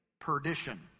perdition